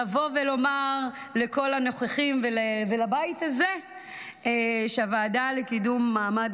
לבוא ולומר לכל הנוכחים ולבית הזה שהוועדה לקידום מעמד